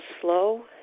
slow